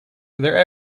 their